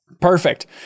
perfect